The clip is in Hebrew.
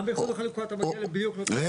גם באיחוד וחלוקה אתה מגיע --- רגע,